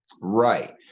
Right